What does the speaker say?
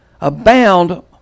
abound